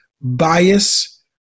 bias